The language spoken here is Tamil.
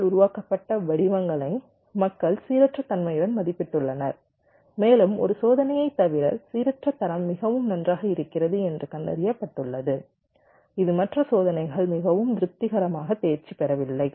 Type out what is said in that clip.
ஆரால் உருவாக்கப்பட்ட வடிவங்களை மக்கள் சீரற்ற தன்மையுடன் மதிப்பிட்டுள்ளனர் மேலும் ஒரு சோதனையைத் தவிர சீரற்ற தரம் மிகவும் நன்றாக இருக்கிறது என்று கண்டறியப்பட்டுள்ளது இது மற்ற சோதனைகள் மிகவும் திருப்திகரமாக தேர்ச்சி பெறவில்லை